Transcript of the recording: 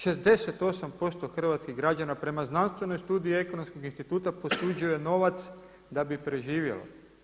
68% hrvatskih građana prema znanstvenoj studiji Ekonomskog instituta posuđuje novac da bi preživjelo.